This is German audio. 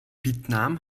vietnam